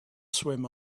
swim